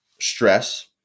stress